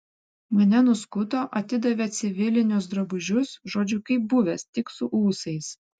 mane nuskuto atidavė civilinius drabužius žodžiu kaip buvęs tik su ūsais